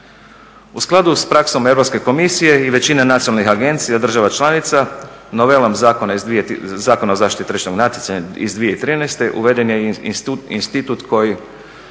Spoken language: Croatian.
U skladu sa praksom Europske komisije i većina nacionalnih agencije i država članica novelom Zakona o zaštiti tržišnog natjecanja iz 2013. uveden je institut koji